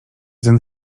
ten